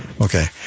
Okay